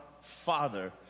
Father